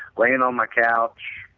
lying on my couch,